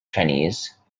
chinese